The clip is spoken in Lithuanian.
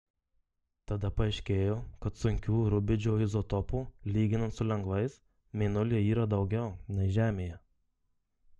tada paaiškėjo kad sunkių rubidžio izotopų lyginant su lengvais mėnulyje yra daugiau nei žemėje